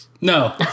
No